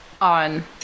on